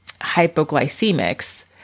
hypoglycemics